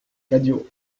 cadio